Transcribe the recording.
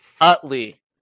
Utley